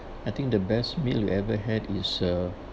I think the best meal you ever had is uh